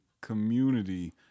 community